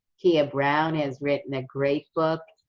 kia brown has written a great book.